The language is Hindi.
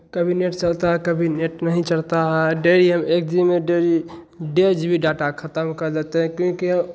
कभी नेट चलता है कभी नेट नहीं चलता है डेली हम एक जी बी में डेली डेढ़ जी बी डाटा ख़त्म कर देते हैं क्योंकि